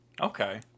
Okay